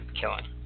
killing